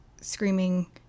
screaming